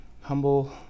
Humble